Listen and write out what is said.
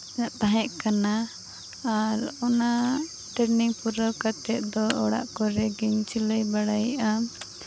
ᱛᱟᱦᱮᱸᱜ ᱠᱟᱱᱟ ᱟᱨ ᱚᱱᱟ ᱴᱨᱮᱱᱤᱝ ᱯᱩᱨᱟᱹᱣ ᱠᱟᱛᱮ ᱫᱚ ᱚᱲᱟᱜ ᱠᱚᱨᱮ ᱜᱤᱧ ᱥᱤᱞᱟᱹᱭ ᱵᱟᱲᱟᱭᱮᱫᱼᱟ